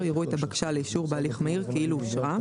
יראו את הבקשה לאישור בהליך מהיר כאילו אושרה.